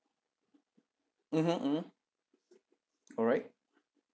mmhmm mmhmm alright